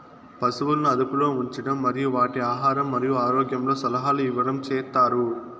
పసువులను అదుపులో ఉంచడం మరియు వాటి ఆహారం మరియు ఆరోగ్యంలో సలహాలు ఇవ్వడం చేత్తారు